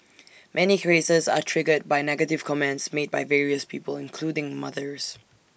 many creases are triggered by negative comments made by various people including mothers